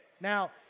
Now